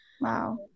Wow